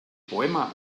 poema